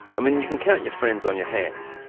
i mean, you can count your friends on your hands,